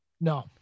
No